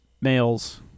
males